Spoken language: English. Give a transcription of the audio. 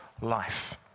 life